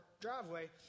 driveway